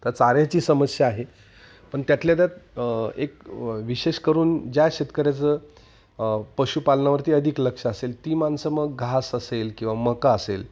त्या चाऱ्याची समस्या आहे पण त्यातल्या त्यात एक विशेष करून ज्या शेतकऱ्याचं पशुपालनावरती अधिक लक्ष असेल ती माणसं मग घास असेल किंवा मका असेल